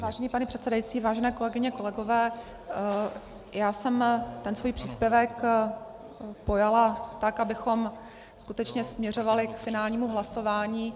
Vážený pane předsedající, vážené kolegyně, kolegové, já jsem ten svůj příspěvek pojala tak, abychom skutečně směřovali k finálnímu hlasování.